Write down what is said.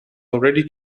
already